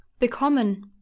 bekommen